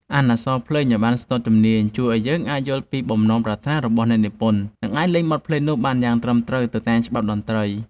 អានអក្សរភ្លេងឱ្យបានស្ទាត់ជំនាញជួយឱ្យយើងអាចយល់ពីបំណងប្រាថ្នារបស់អ្នកនិពន្ធ និងអាចលេងបទភ្លេងនោះបានយ៉ាងត្រឹមត្រូវទៅតាមច្បាប់តន្ត្រី។